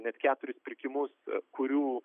net keturis pirkimus kurių